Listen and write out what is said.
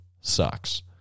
sucks